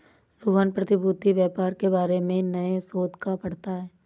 रोहन प्रतिभूति व्यापार के बारे में नए शोध को पढ़ता है